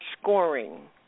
scoring